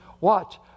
Watch